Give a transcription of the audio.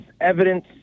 evidence